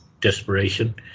desperation